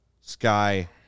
Sky